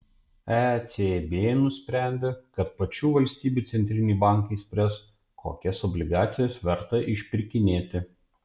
ecb nusprendė kad pačių valstybių centriniai bankai spręs kokias obligacijas verta išpirkinėti